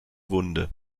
wunde